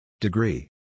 Degree